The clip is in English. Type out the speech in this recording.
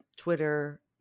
Twitter